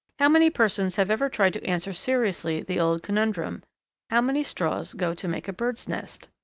how many persons have ever tried to answer seriously the old conundrum how many straws go to make a bird's nest?